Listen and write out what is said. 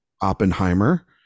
Oppenheimer